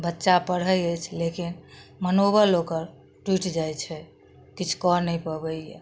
बच्चा पढ़य अछि लेकिन मनोबल ओकर टूटि जाइ छै किछु कऽ नहि पबइए